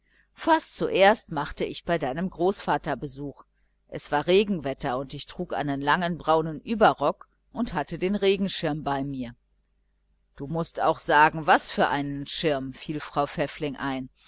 fast zuerst machte ich bei deinen großeltern besuch es war regenwetter und ich trug einen langen braunen überrock und hatte den regenschirm bei mir du mußt auch sagen was für einen schirm fiel frau pfäffling ein